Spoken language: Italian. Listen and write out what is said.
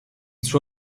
suo